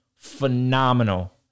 Phenomenal